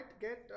get